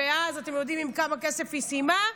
ואז אתם יודעים עם כמה כסף היא סיימה?